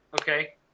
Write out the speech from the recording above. okay